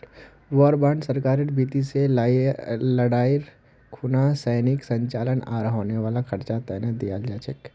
war bond सरकारेर भीति से लडाईर खुना सैनेय संचालन आर होने वाला खर्चा तने दियाल जा छे